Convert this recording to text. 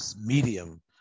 medium